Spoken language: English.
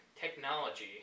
technology